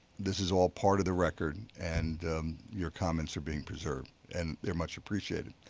this is all part of the record and your comments are being preserved and they're much appreciated.